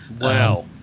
Wow